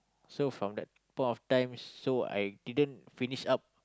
so from that point of times so I didn't finish up